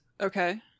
Okay